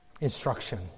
instruction